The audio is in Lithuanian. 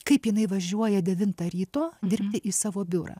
kaip jinai važiuoja devintą ryto dirbti į savo biurą